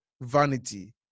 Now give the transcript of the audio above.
vanity